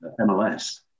MLS